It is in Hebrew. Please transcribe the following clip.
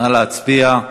נא להצביע.